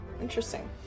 interesting